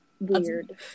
weird